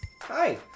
Hi